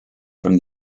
from